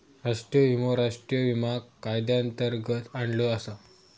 राष्ट्रीय विमो राष्ट्रीय विमा कायद्यांतर्गत आणलो आसा